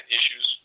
issues